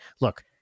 Look